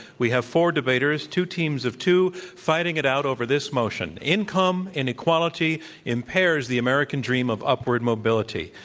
we have four debaters, two teams of two, fighting it out over this motion, income inequality impairs the american dream of upward mobility.